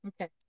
Okay